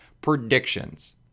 predictions